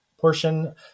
portion